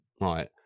Right